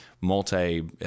multi